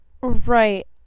Right